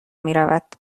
میرود